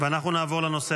35